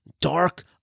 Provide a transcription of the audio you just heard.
dark